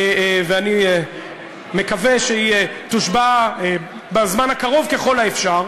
ואני מקווה שהיא תושבע בקרוב ככל האפשר,